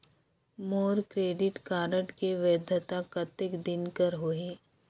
मोर credit card के वैधता कतेक दिन कर होही?